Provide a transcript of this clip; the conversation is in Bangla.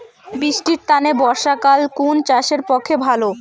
বৃষ্টির তানে বর্ষাকাল কুন চাষের পক্ষে ভালো?